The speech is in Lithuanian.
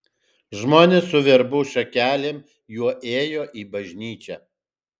žmonės su verbų šakelėm juo ėjo į bažnyčią